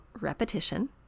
repetition